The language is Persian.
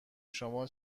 شما